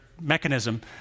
mechanism